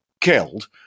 killed